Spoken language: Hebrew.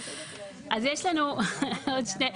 אז יש לנו עוד שני,